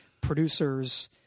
producers